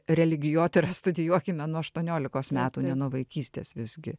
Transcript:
religijotyrą studijuokime nuo aštuoniolikos metų ne nuo vaikystės visgi